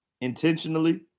intentionally